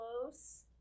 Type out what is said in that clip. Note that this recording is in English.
close